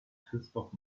christoph